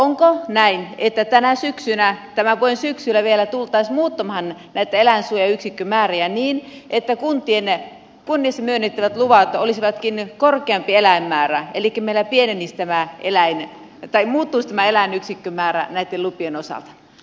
onko näin että tämän vuoden syksyllä vielä tultaisiin muuttamaan eläinsuojien yksikkömääriä niin että kunnissa myönnettävissä luvissa olisikin korkeampi eläinmäärä elikkä meillä muuttuisi tämä eläinyksikkömäärä näitten lupien osalta